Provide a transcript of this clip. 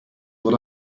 what